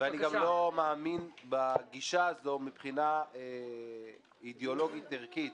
ואני גם לא מאמין בגישה הזאת מבחינה אידיאולוגית ערכית.